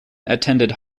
attended